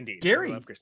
gary